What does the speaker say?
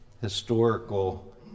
historical